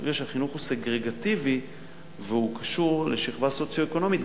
ברגע שהחינוך הוא סגרגטיבי והוא קשור לשכבה סוציו-אקונומית,